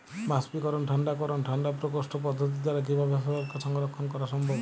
বাষ্পীকরন ঠান্ডা করণ ঠান্ডা প্রকোষ্ঠ পদ্ধতির দ্বারা কিভাবে ফসলকে সংরক্ষণ করা সম্ভব?